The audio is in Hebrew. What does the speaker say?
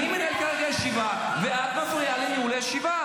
אני מנהל כרגע ישיבה, ואת מפריעה לניהול הישיבה.